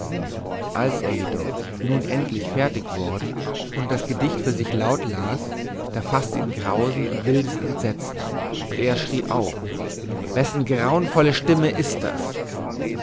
als er jedoch nun endlich fertig worden und das gedicht für sich laut las da faßte ihn grausen und wildes entsetzen und er schrie auf wessen grauenvolle stimme ist das